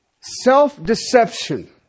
Self-deception